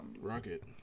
Rocket